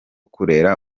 kurera